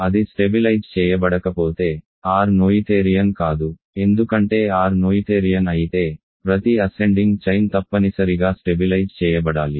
అది స్టెబిలైజ్ చేయబడకపోతే R Noetherian కాదు ఎందుకంటే R నోయిథేరియన్ అయితే ప్రతి అసెండింగ్ చైన్ తప్పనిసరిగా స్టెబిలైజ్ చేయబడాలి